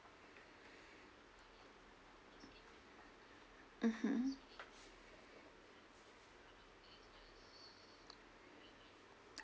mmhmm